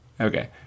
Okay